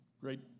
Great